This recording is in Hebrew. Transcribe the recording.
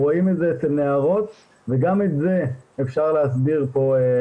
אנחנו רואים את זה אצל נערות וגם את זה אפשר להסביר למה,